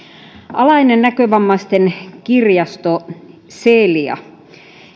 alainen näkövammaisten kirjasto celia